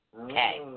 Okay